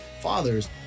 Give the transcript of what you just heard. fathers